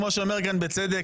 כמו שאומר כאן,